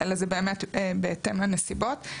זה באמת בהתאם לנסיבות.